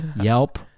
Yelp